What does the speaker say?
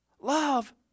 Love